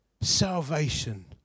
salvation